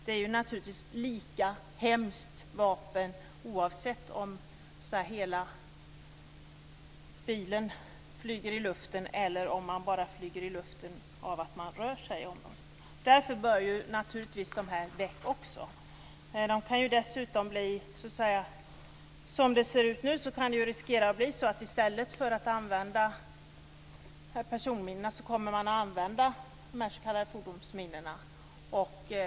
Det är naturligtvis ett lika hemskt vapen oavsett om hela bilen flyger i luften eller om man bara flyger i luften av att man rör sig i området. Därför bör naturligtvis även de här minorna väck. Som det nu ser ut finns det en risk att man i stället för att använda personminor använder de s.k. fordonsminorna.